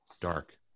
Dark